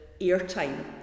airtime